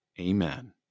Amen